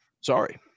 Sorry